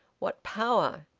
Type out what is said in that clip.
what power!